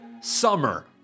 summer